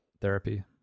therapy